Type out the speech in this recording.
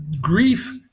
grief